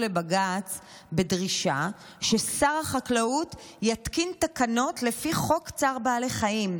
לבג"ץ בדרישה ששר החקלאות יתקין תקנות לפי חוק צער בעלי חיים.